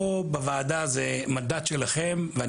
זה המנדט שלכם פה,